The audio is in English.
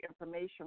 information